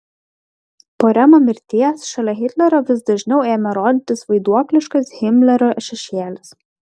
po remo mirties šalia hitlerio vis dažniau ėmė rodytis vaiduokliškas himlerio šešėlis